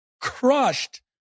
crushed